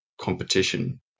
competition